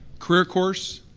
career course,